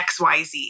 XYZ